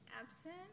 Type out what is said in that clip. absent